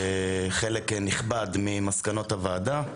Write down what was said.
חלק נכבד ממסקנות הוועדה.